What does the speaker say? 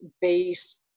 base